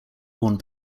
borne